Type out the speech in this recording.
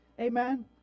Amen